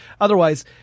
Otherwise